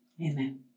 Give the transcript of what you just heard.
amen